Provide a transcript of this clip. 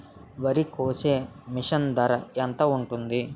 వరి కోసే మిషన్ ధర ఎంత ఉంటుంది?